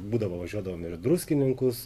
būdavo važiuodavom ir į druskininkus